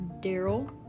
Daryl